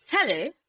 Hello